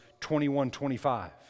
21-25